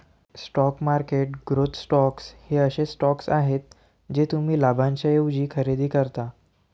stock market growth stocks हे असे stocks आहेत जे तुम्ही लाभांशाऐवजी खरेदी करता